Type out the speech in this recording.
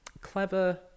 clever